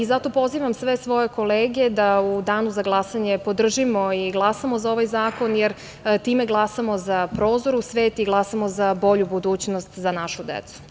Zato pozivam sve svoje kolege da u danu za glasanje podržimo i glasamo za ovaj zakon, jer time glasamo za prozor u svet i glasamo za bolju budućnost za našu decu.